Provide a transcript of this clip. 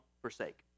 forsake